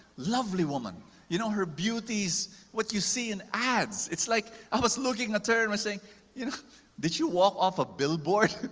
lovely woman you know. her beauties what you see in ads. it's like. i was looking at her and were saying, you know, did you walk off a billboard?